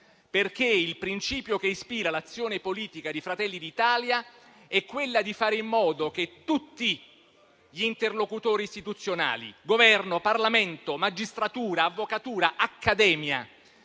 perché il principio che ispira l'azione politica di Fratelli d'Italia è fare in modo che tutti gli interlocutori istituzionali - Governo, Parlamento, magistratura, avvocatura, accademia